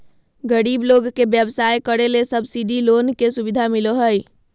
गरीब लोग के व्यवसाय करे ले सब्सिडी लोन के सुविधा मिलो हय